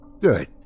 Good